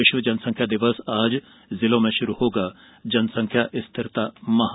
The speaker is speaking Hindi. विश्व जनसंख्या दिवस आज जिलों में शुरू होगा जनसंख्या स्थिरता माह